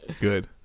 Good